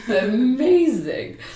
Amazing